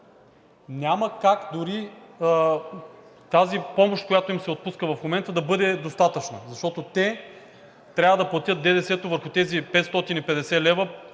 няма как дори тази помощ, която им се отпуска в момента, да бъде достатъчна, защото те трябва да платят ДДС върху тези 550 лв.,